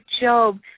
Job